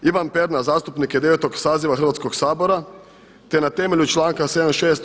Ivan Pernar zastupnik je 9. saziva Hrvatskog sabora te na temelju članka 76.